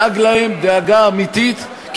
שידאג להם דאגה אמיתית,